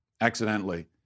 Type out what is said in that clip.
accidentally